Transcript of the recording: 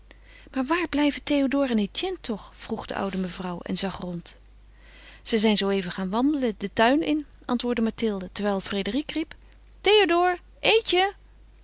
maar waar blijven théodore en etienne toch vroeg de oude mevrouw en zag rond ze zijn zooeven gaan wandelen den tuin in antwoordde mathilde terwijl frédérique riep théodore eetje